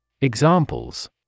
Examples